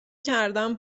کردن